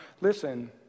Listen